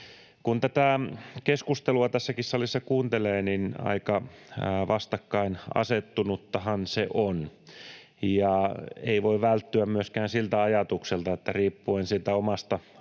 Kun tätä keskustelua tässäkin salissa kuuntelee, niin aika vastakkain asettunuttahan se on ja ei voi välttyä myöskään siltä ajatukselta, että riippuen siitä omasta